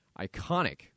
Iconic